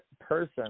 person